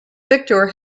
victor